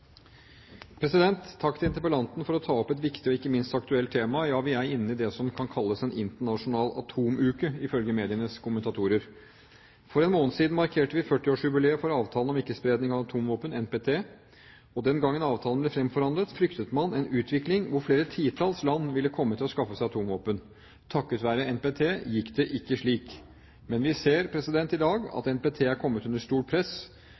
ikke minst aktuelt tema. Vi er inne i det som kan kalles en «internasjonal atomuke», ifølge medienes kommentatorer. For en måned siden markerte vi 40-års jubileet for avtalen om ikke-spredning av atomvåpen, NPT. Den gangen avtalen ble fremforhandlet, fryktet man en utvikling hvor flere titalls land ville komme til å skaffe seg atomvåpen. Takket være NPT gikk det ikke slik. Men vi ser i dag at NPT er kommet under stort press.